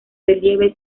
relieve